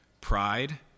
Pride